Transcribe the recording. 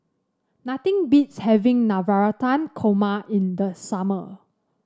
nothing beats having Navratan Korma in the summer